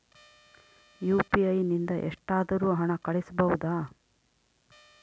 UPI ನಿಂದ ಎಷ್ಟಾದರೂ ಹಣ ಕಳಿಸಬಹುದಾ?